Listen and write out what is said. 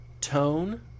tone